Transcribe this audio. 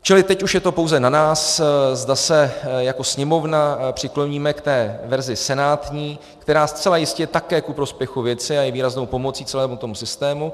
Čili teď už je to pouze na nás, zda se jako Sněmovna přikloníme k té verzi senátní, která zcela jistě je také ku prospěchu věci a je výraznou pomocí celému tomu systému.